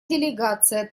делегация